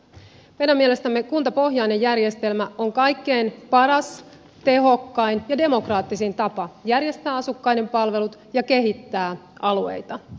meidän mielestämme kuntapohjainen järjestelmä on kaikkein paras tehokkain ja demokraattisin tapa järjestää asukkaiden palvelut ja kehittää alueita